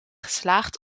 geslaagd